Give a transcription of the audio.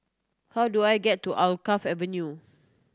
how do I get to Alkaff Avenue